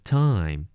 time